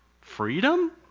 freedom